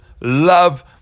love